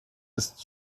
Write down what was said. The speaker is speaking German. ist